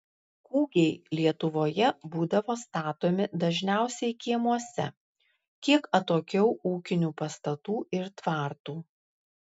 kūgiai lietuvoje būdavo statomi dažniausiai kiemuose kiek atokiau ūkinių pastatų ir tvartų